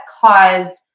caused